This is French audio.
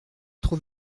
trop